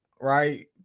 right